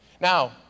Now